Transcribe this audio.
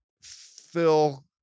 Phil